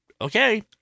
okay